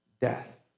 death